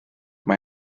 mae